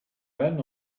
then